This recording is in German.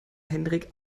henrik